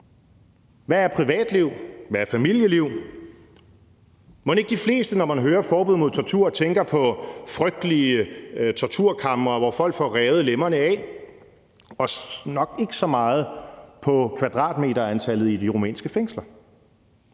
Hvad er privatliv? Hvad er familieliv? Mon ikke de fleste, når de hører ordene forbud mod tortur, tænker på frygtelige torturkamre, hvor folk får revet lemmerne af, og nok ikke så meget på kvadratmeterantallet i de rumænske fængsler?